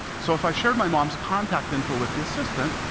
so if i shared my mom's contact info with the assistant,